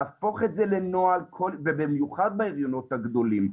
להפוך את זה לנוהל ובמיוחד בהריונות הגדולים,